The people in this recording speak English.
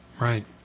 Right